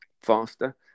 faster